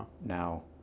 Now